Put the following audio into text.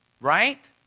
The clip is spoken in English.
right